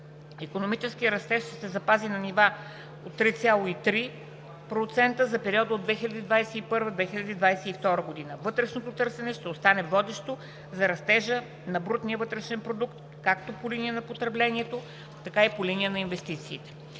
Икономическият растеж ще се запази на ниво от 3,3% в периода 2021 – 2022 г. Вътрешното търсене ще остане водещо за растежа на брутния вътрешен продукт по линия както на потреблението, така и по линия на инвестициите.